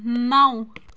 نَو